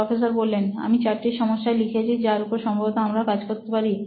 professor আমি চারটি সমস্যা লিখেছি যার উপর সম্ভবত আমরা কাজ করতে পারি